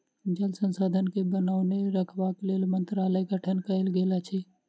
जल संसाधन के बनौने रखबाक लेल मंत्रालयक गठन कयल गेल अछि